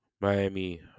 Miami